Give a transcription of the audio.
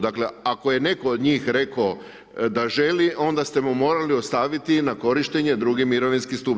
Dakle, ako je netko od njih rekao da želi, onda ste mu morali ostaviti na korištenje drugi mirovinski stup.